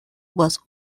was